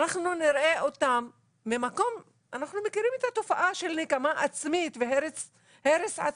אנחנו מכירים את התופעה של נקמה עצמית והרס עצמי,